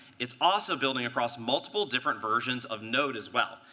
it's also building across multiple different versions of node, as well.